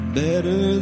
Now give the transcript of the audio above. better